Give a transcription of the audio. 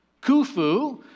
Khufu